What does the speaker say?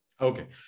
Okay